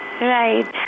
Right